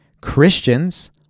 Christians